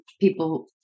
people